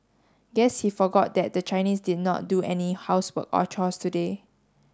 guess he forgot that the Chinese did not do any housework or chores today